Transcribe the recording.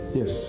Yes